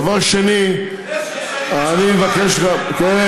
דבר שני, אני מבקש, עשר שנים יש לו זמן.